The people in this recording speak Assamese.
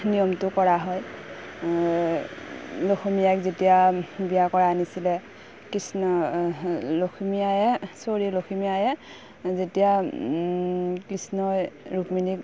নিয়মটো কৰা হয় লখিমী আইক যেতিয়া বিয়া কৰাই আনিছিলে কৃষ্ণ লখিমীায়ে চৰি লখিমীয়ে যেতিয়া কৃষ্ণই ৰুক্মিণীক